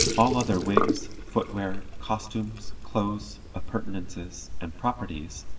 all other wigs, footwear, costumes, clothes, appurtenances and properties,